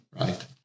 right